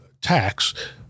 tax